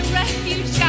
refuge